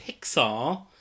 Pixar